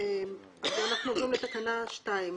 אנחנו עוברים לתקנה 2 החדשה.